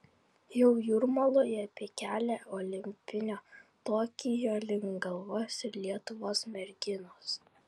jau jūrmaloje apie kelią olimpinio tokijo link galvos ir lietuvos merginos